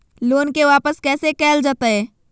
Loan के वापस कैसे कैल जतय?